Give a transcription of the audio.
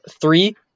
Three